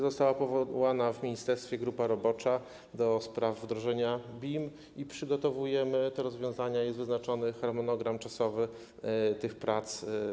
Została powołana w ministerstwie grupa robocza ds. wdrożenia BIM, przygotowujemy to rozwiązanie, jest wyznaczony harmonogram czasowy tych prac.